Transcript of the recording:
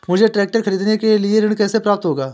मुझे ट्रैक्टर खरीदने के लिए ऋण कैसे प्राप्त होगा?